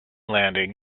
landing